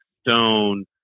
stone